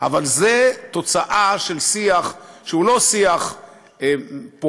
אבל זו תוצאה של שיח שהוא לא שיח פורה,